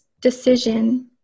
decision